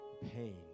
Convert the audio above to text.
pain